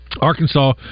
Arkansas